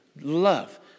love